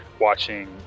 watching